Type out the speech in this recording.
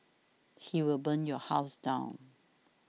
he will burn your house down